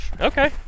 Okay